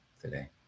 today